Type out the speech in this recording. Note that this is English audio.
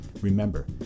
Remember